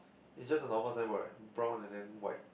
it's just a normal signboard right brown and then white